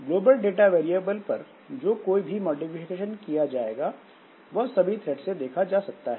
global data variable पर जो कोई भी मॉडिफिकेशन किया जाएगा वह सभी थ्रेड से देखा जा सकता है